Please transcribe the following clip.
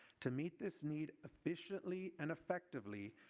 to meet this need efficiently and effectively,